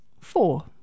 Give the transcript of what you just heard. Four